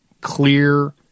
clear